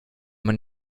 man